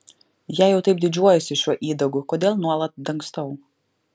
jei jau taip didžiuojuosi šiuo įdagu kodėl nuolat dangstau